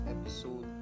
episode